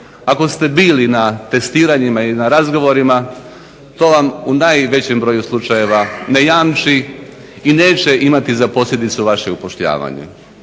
ako ste bili na testiranjima i na razgovorima to vam u najvećem broju slučajeva ne jamči i neće imati za posljedicu vaše upošljavanje.